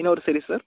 இன்னொரு series sir